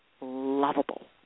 lovable